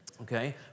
Okay